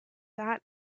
that